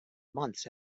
months